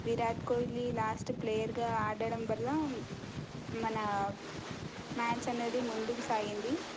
Virat Kohli last ప్లేయర్గా ఆడగడం వల్ల మన మ్యాచ్ అన్నది ముందుకు సాగింది